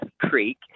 Creek